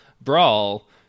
brawl